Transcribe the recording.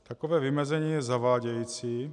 Takové vymezení je zavádějící.